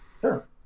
Sure